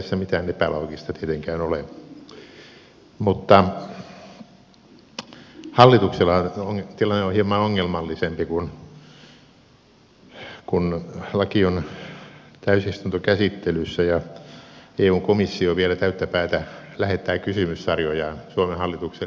ei tässä mitään epäloogista tietenkään ole mutta hallituksellahan tilanne on hieman ongelmallisempi kun laki on täysistuntokäsittelyssä ja eun komissio vielä täyttä päätä lähettää kysymyssarjojaan suomen hallitukselle tästä esityksestä